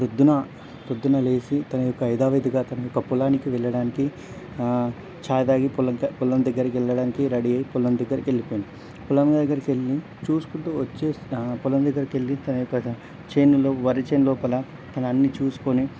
ప్రొద్దున ప్రొద్దున లేచి తన యొక్క యధావిధిగా తన యొక్క పొలానికి వెళ్ళడానికి ఛాయ్ తాగి పొలం ద పొలం దగ్గరికి వెళ్ళడానికి రెడీ అయి పొలం దగ్గరికి వెళ్ళిపోయిండు పొలం దగ్గరికి వెళ్ళి చూసుకుంటూ వచ్చేస్త్ పొలం దగ్గరికి వెళ్ళి తన యొక్క చేనులో వరి చేను లోపల తనన్ని చూసుకొని